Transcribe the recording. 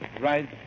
right